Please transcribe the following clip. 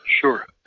Sure